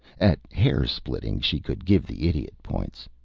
at hair-splitting she could give the idiot points.